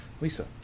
Lisa